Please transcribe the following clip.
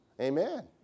Amen